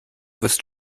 wirst